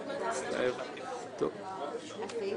"הקורבן